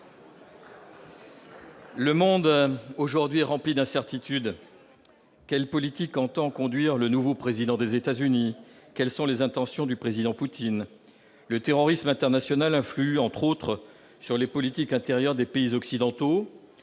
Le monde est aujourd'hui rempli d'incertitudes. Quelle politique entend conduire le nouveau président des États-Unis ? Quelles sont les intentions du président Poutine ? Le terrorisme international influe, notamment, sur les politiques intérieures des pays occidentaux,